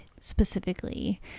specifically